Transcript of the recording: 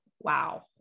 wow